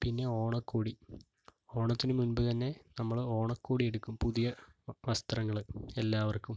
പിന്നെ ഓണക്കോടി ഓണത്തിന് മുമ്പ് തന്നെ നമ്മൾ ഓണക്കോടിയെടുക്കും പുതിയ വസ്ത്രങ്ങൾ എല്ലാവർക്കും